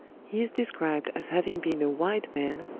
he is described as having been a white man,